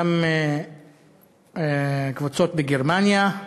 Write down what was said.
וגם קבוצות בגרמניה.